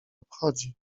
obchodzi